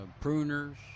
Pruners